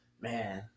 Man